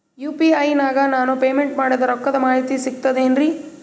UPI ನಾಗ ನಾನು payment ಮಾಡಿದ ರೊಕ್ಕದ ಮಾಹಿತಿ ಸಿಕ್ತಾತೇನ್ರೀ?